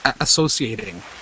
associating